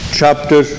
chapter